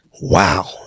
Wow